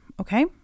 okay